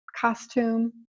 costume